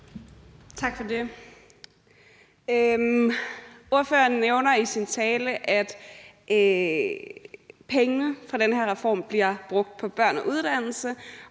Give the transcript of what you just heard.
Tak for det. Ordføreren nævner i sin tale, at pengene fra den her reform bliver brugt på børn og uddannelse,